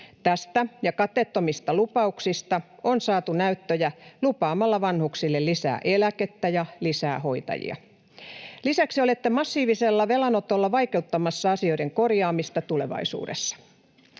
Tästä ja katteettomista lupauksista on saatu näyttöjä lupaamalla vanhuksille lisää eläkettä ja lisää hoitajia. Lisäksi olette massiivisella velanotolla vaikeuttamassa asioiden korjaamista tulevaisuudessa.